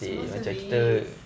small service